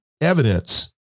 evidence